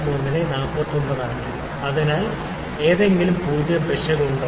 01 നെ 49 ആക്കി അതിനാൽ എന്തെങ്കിലും പൂജ്യം പിശക് ഉണ്ടോ